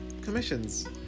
commissions